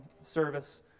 service